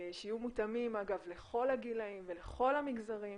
שיהיו מותאמים אגב לכל הגילאים ולכל המגזרים.